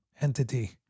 entity